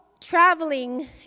traveling